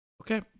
okay